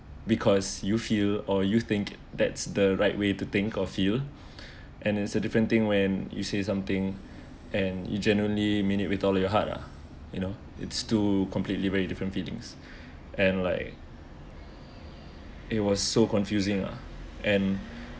because you feel or you think that's the right way to think of you and it's a different thing when you say something and it genuinely minute with all your heart lah you know it's two completely very different feelings and like it was so confusing lah and